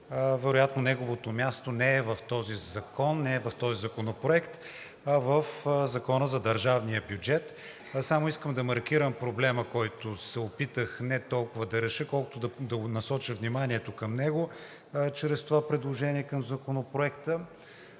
място не е в този закон, не е в този законопроект, а е в Закона за държавния бюджет. Само искам да маркирам проблема, който се опитах не толкова да реша, колкото да насоча вниманието към него чрез това предложение към Законопроекта.